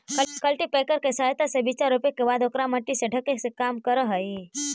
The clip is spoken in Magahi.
कल्टीपैकर के सहायता से बीचा रोपे के बाद ओकरा मट्टी से ढके के काम भी करऽ हई